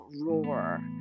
roar